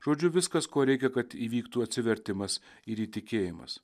žodžiu viskas ko reikia kad įvyktų atsivertimas ir įtikėjimas